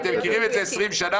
אתם מכירים את זה 20 שנה,